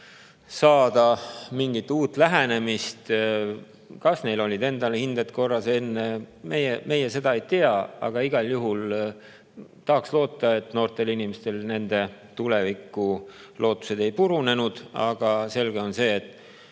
saada mingit uut lähenemist. Kas neil olid enne hinded korras, meie seda ei tea, aga igal juhul tahaks loota, et noortel inimestel tulevikulootused ei purunenud. Aga selge on see, et